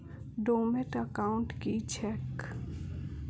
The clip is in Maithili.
डोर्मेंट एकाउंट की छैक?